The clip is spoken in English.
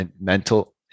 mental